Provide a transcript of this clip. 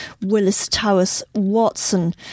Willis-Towers-Watson